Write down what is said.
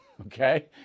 okay